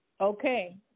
okay